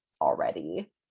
already